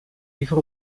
liever